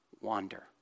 wander